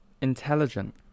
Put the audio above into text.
intelligent